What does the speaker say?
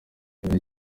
ikintu